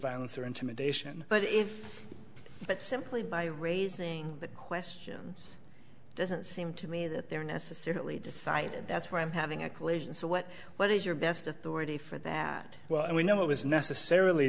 violence or intimidation but if but simply by raising the question doesn't seem to me that they're necessarily decide that's where i'm having a collision so what what is your best authority for that well and we know it was necessarily